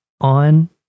on